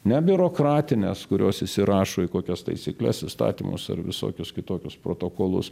ne biurokratines kurios įsirašo į kokias taisykles įstatymus ar visokius kitokius protokolus